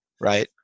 right